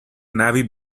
navy